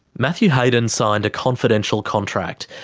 matthew hayden signed a confidential contract,